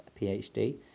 PhD